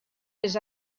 les